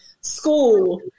school